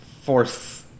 force